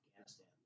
Afghanistan